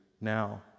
now